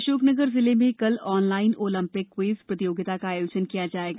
अशोकनगर जिले में ककल आॅनलाइन ओलंपिक क्विज प्रतियोगिता का आयोजन किया जाएगा